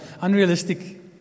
unrealistic